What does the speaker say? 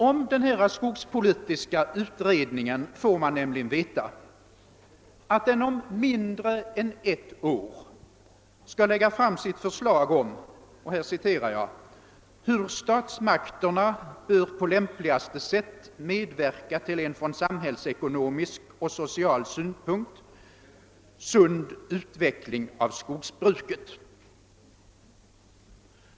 Om skogspolitiska utredningen får man nämligen veta, att den om mindre än ett år skall lägga fram sitt förslag om »hur statsmakterna ——— bör på lämpligaste sätt medverka till en från samhällsekonomisk och social synpunkt sund utveckling av skogsbruket«.